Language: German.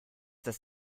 das